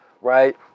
right